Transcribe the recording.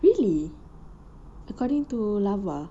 really according to larva